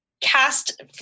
cast